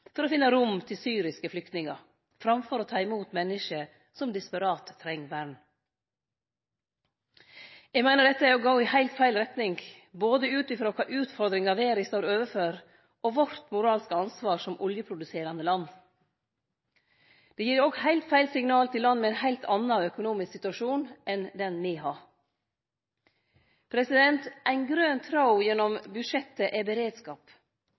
for å finne rom til syriske flyktningar, framfor å ta imot menneske som desperat treng vern. Eg meiner dette er å gå i helt feil retning, både ut frå kva utfordringar verda står overfor og vårt moralske ansvar som oljeproduserande land. Det gir òg heilt feil signal til land med ein heilt annan økonomisk situasjon enn den me har. Ein grøn tråd gjennom budsjettet er beredskap.